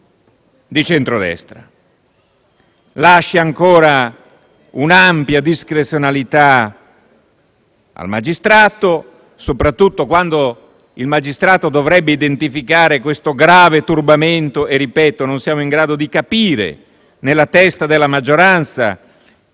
di centrodestra. Lascia ancora un'ampia discrezionalità al magistrato, soprattutto quando il magistrato dovrebbe identificare questo grave turbamento e, ripeto, non siamo in grado di capire, nella testa della maggioranza,